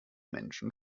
menschen